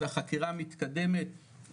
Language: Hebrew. אז החקירה מתקדמת,